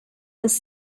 was